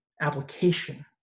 application